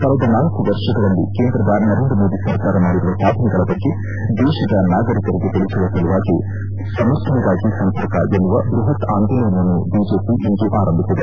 ಕಳೆದ ನಾಲ್ಕು ವರ್ಷಗಳಲ್ಲಿ ಕೇಂದ್ರದ ನರೇಂದ್ರ ಮೋದಿ ಸರ್ಕಾರ ಮಾಡಿರುವ ಸಾಧನೆಗಳ ಬಗ್ಗೆ ದೇಶದ ನಾಗರಿಕರಿಗೆ ತಿಳಿಸುವ ಸಲುವಾಗಿ ಸಮರ್ಥನೆಗಾಗಿ ಸಂಪರ್ಕ ಎನ್ನುವ ಬೃಹತ್ ಆಂದೋಲನವನ್ನು ಬಿಜೆಪಿ ಇಂದು ಆರಂಭಿಸಿದೆ